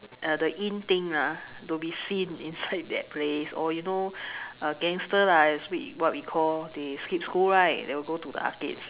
the in thing lah to be seen inside that place or you know uh gangster lah as what we call they skip school right they will go to the arcades